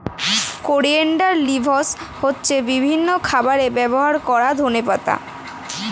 coriander leaves হচ্ছে বিভিন্ন খাবারে ব্যবহার করা ধনেপাতা